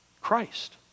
Christ